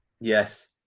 Yes